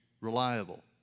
reliable